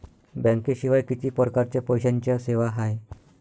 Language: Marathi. बँकेशिवाय किती परकारच्या पैशांच्या सेवा हाय?